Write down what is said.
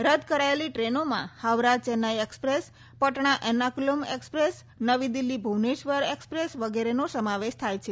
રદ કરાયેલી ટ્રેનોમાં હાવરા ચેન્નાઈ એક્સપ્રેસ પટણા એર્નાકૂલમ એક્સપ્રેસ નવી દિલ્હી ભુવનેશ્વર એક્સપ્રેસ વગેરેનો સમાવેશ થાય છે